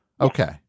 Okay